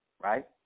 right